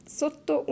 sotto